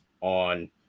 on